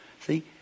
See